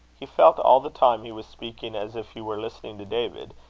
he felt, all the time he was speaking, is if he were listening to david,